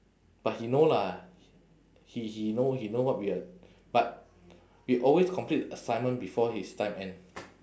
but he know lah h~ he he know he know what we are but we always complete assignment before his time end